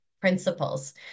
principles